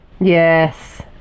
Yes